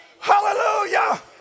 Hallelujah